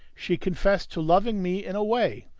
she confessed to loving me in a way.